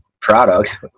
product